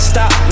Stop